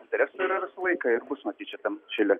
interesų yra visą laiką matyt šitam šile